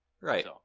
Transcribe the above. Right